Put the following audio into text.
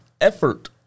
effort